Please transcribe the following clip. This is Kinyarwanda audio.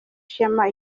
ishema